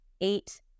eight